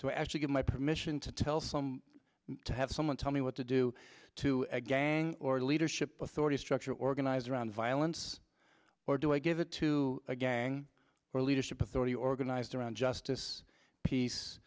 to actually give my permission to tell some to have someone tell me what to do to a gang or leadership authority structure organize around violence or do i give it to a gang or leadership authority organized around justice peace